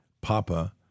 papa